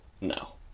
No